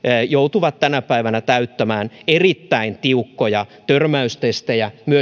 joutuvat tänä päivänä täyttämään erittäin tiukkoja törmäystestejä myös jalankulkijaan